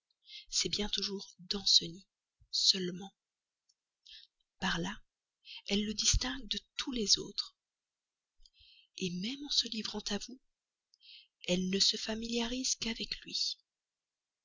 c'est bien toujours danceny seulement par là elle le distingue de tous les autres même en se livrant à vous elle ne se familiarise qu'avec lui